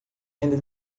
ainda